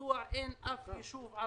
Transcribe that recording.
מדוע אין יישוב אחד